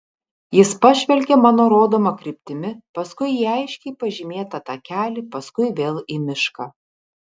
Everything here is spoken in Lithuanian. jis pažvelgė mano rodoma kryptimi paskui į aiškiai pažymėtą takelį paskui vėl į mišką